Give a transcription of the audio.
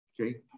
Okay